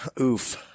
Oof